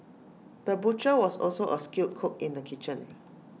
the butcher was also A skilled cook in the kitchen